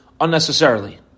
unnecessarily